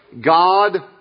God